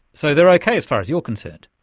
so they're okay as far as you're concerned.